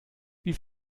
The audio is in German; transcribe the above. wie